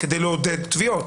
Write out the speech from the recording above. כדי לעודד תביעות.